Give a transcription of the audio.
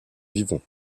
vivons